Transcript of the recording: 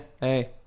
Hey